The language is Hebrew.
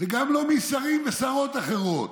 זה גם לא שרים ושרות אחרים,